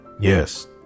Yes